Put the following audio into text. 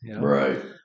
Right